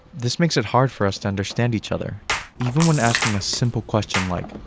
this makes it hard for us to understand each other even when asking a simple question like,